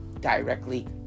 directly